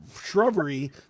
shrubbery